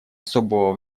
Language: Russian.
особого